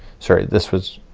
sorry this was,